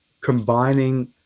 combining